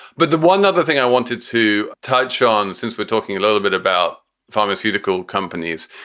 but the one other thing i wanted to touch on, since we're talking a little bit about pharmaceutical companies,